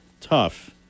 tough